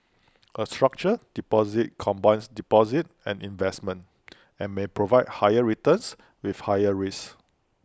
A structured deposit combines deposits and investments and may provide higher returns with higher risks